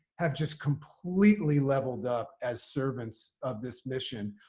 have just completely leveled up as servants of this mission.